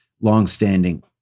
longstanding